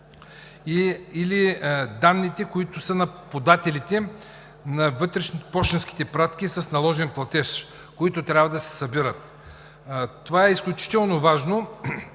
или данните, които са на подателите на пощенски пратки с наложен платеж, които трябва да се събират. Това е изключително важно,